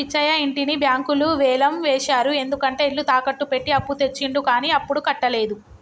పిచ్చయ్య ఇంటిని బ్యాంకులు వేలం వేశారు ఎందుకంటే ఇల్లు తాకట్టు పెట్టి అప్పు తెచ్చిండు కానీ అప్పుడు కట్టలేదు